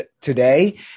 today